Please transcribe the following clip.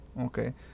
Okay